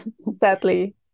sadly